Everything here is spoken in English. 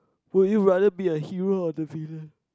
would you rather be a hero or the villain